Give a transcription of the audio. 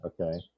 okay